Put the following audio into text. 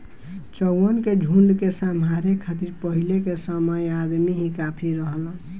चउवन के झुंड के सम्हारे खातिर पहिले के समय अदमी ही काफी रहलन